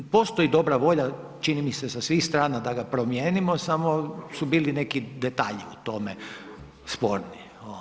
Postoji dobra volja čini mi se sa svih strana da ga promijenimo samo su bili neki detalji u tome sporni.